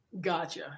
gotcha